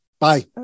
Bye